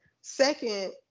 second